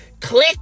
click